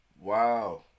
Wow